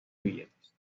billetes